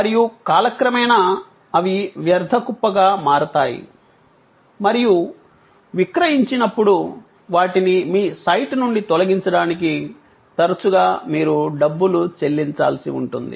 మరియు కాలక్రమేణా అవి వ్యర్థ కుప్పగా మారతాయి మరియు విక్రయించినప్పుడు వాటిని మీ సైట్ నుండి తొలగించడానికి తరచుగా మీరు డబ్బులు చెల్లించాల్సిఉంటుంది